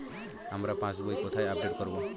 আমার পাস বই কোথায় আপডেট করব?